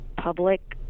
public